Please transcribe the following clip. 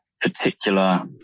particular